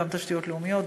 גם תשתיות לאומיות,